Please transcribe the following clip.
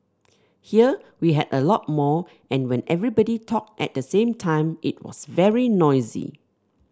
here we had a lot more and when everybody talked at the same time it was very noisy